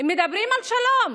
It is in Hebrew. מדברים על שלום.